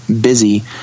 busy